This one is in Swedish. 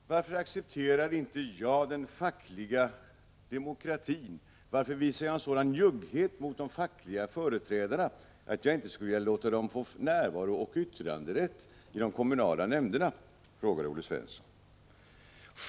Herr talman! Varför accepterar inte jag den fackliga demokratin, och varför visar jag en sådan njugghet mot de fackliga företrädarna att jag inte skulle vilja låta dem få närvarooch yttranderätt i de kommunala nämnderna, frågar Olle Svensson.